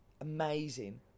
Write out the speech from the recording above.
amazing